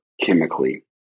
chemically